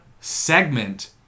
segment